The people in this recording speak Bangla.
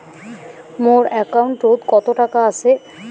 মোর একাউন্টত কত টাকা আছে?